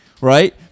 right